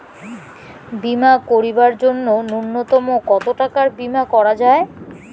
বীমা করিবার জন্য নূন্যতম কতো টাকার বীমা করা যায়?